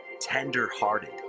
tender-hearted